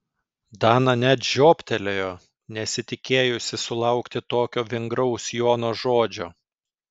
dana net žiobtelėjo nesitikėjusi sulaukti tokio vingraus jono žodžio